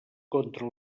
contra